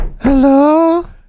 hello